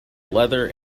leather